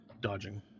dodging